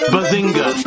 Bazinga